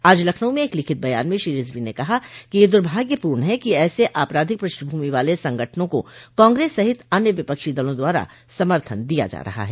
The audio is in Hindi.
आज लखनऊ में एक लिखित बयान में श्री रिजवी ने कहा कि यह दुर्भाग्यपूर्ण है कि ऐसे आपराधिक पृष्ठभूमि वाले संगठनों को कांग्रेस सहित अन्य विपक्षी दलों द्वारा समर्थन दिया जा रहा है